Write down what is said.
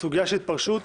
סוגיה של פרישה